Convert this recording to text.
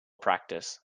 practice